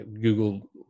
Google